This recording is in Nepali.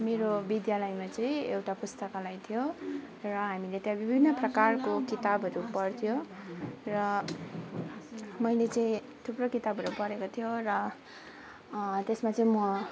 मेरो विद्यालयमा चाहिँ एउटा पुस्तकालय थियो र हामीले त्यहाँ विभिन्न प्रकारको किताबहरू पढ्थ्यौँ र मैले चाहिँ थुप्रो किताबहरू पढेको थियो र त्यसमा चाहिँ म